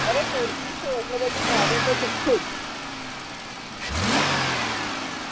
અરે સુરતી છું એટલે બધું ભાવે તો તીખું જ